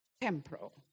temporal